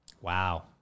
Wow